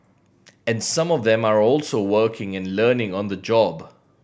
and some of them are also working and learning on the job